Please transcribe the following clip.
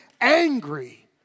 angry